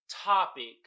topic